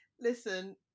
listen